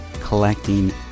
collecting